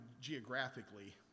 geographically